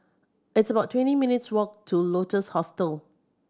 it's about twenty minutes' walk to Lotus Hostel